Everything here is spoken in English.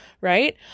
right